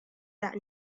that